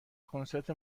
کنسرت